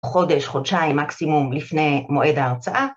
‫חודש, חודשיים מקסימום ‫לפני מועד ההרצאה.